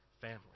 family